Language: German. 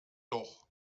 doch